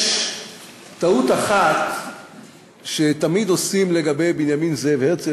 יש טעות אחת שתמיד עושים ביחס לבנימין זאב הרצל,